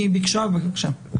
בבקשה, גברתי.